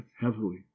heavily